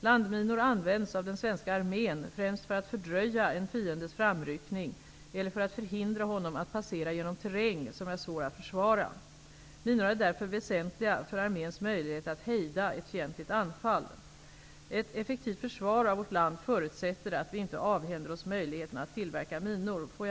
Landminor används av den svenska armén främst för att fördröja en fiendes framryckning eller för att förhindra honom att passera genom terräng som är svår att försvara. Minor är därför väsentliga för arméns möjligheter att hejda ett fientligt anfall. Ett effektivt försvar av vårt land förutsätter att vi inte avhänder oss möjligheten att tillverka minor.